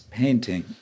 painting